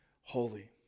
holy